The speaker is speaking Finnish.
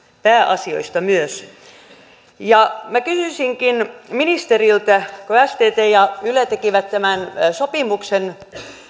pääasioista myös minä kysyisinkin ministeriltä kun stt ja yle tekivät tämän sopimuksen